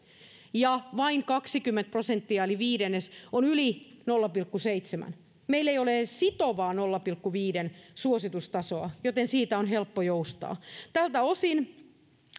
ja vain kaksikymmentä prosenttia eli viidennes on yli nolla pilkku seitsemän meillä ei ole edes sitovaa nolla pilkku viiden suositustasoa joten siitä on helppo joustaa tältä osin